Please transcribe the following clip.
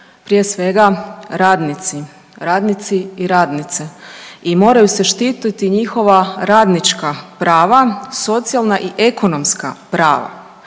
prije svega radnici i radnice. I moraju se štititi njihova radnička prava, socijalna i ekonomska prava.